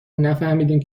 نفهمدیم